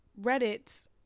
Reddit